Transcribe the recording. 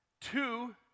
two